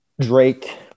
Drake